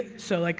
so, like